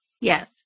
Yes